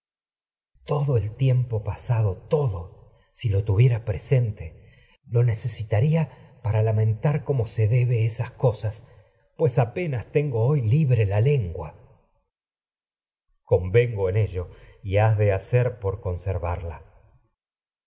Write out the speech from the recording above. todo el tiempo pasado todo si lo tuviera para presente esas lo necesitaría apenas lamentar como se debe cosas pues tengo hoy libre la lengua en orestes servarla convengo ello y has de hacer por